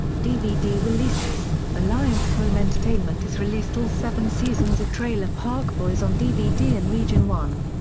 dvd releases alliance home entertainment has released all seven seasons of trailer park boys on dvd in region one.